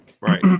Right